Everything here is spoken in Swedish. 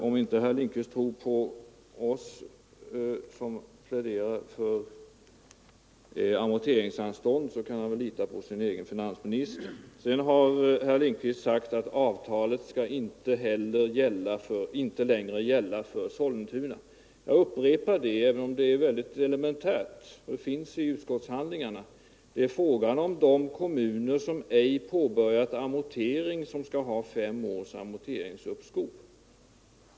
Om inte herr Lindkvist tror på oss som pläderar för amorteringsanstånd så kan han väl ändå lita på sin egen finansminister. Så har herr Lindkvist sagt att avtalet inte längre skulle gälla för Sollentuna. Även om det finns i utskottshandlingarna upprepar jag, att det är de kommuner som inte påbörjat amortering som skall ha amorteringsuppskov.